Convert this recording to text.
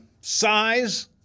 size